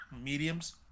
mediums